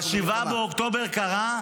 7 באוקטובר קרה,